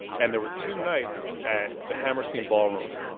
and there were two nights at the hammerstein ballroom.